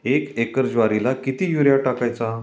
एक एकर ज्वारीला किती युरिया टाकायचा?